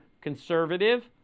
conservative